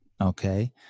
Okay